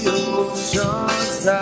ocean's